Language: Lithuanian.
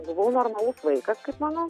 buvau normalus vaikas kaip manau